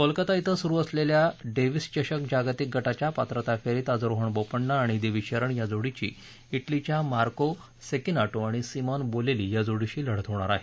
कोलकाता इथं सुरू असलेल्या डेव्हिस चषक जागतिक गटाच्या पात्रता फेरीत आज रोहन बोपण्णा आणि दिविज शरण या जोडीची इटलीच्या मार्को सेकिनाटो आणि सिमॉन बोलेली या जोडीशी लढत होणार आहे